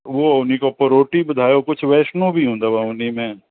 उहो उन्हीअ खां पोइ रोटी ॿुधायो कुझु वैष्नो बि हूंदव उन में